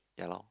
yea loh